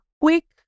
quick